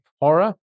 horror